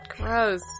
Gross